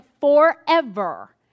forever